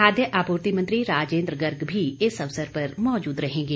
खाद्य आपूर्ति मंत्री राजेंद्र गर्ग भी इस अवसर पर मौजूद रहेंगे